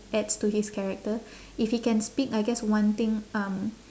adds to his character if he can speak I guess one thing um